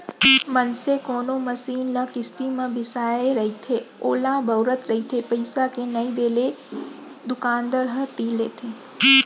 मनसे कोनो मसीन ल किस्ती म बिसाय रहिथे ओला बउरत रहिथे पइसा के नइ देले दुकानदार ह तीर लेथे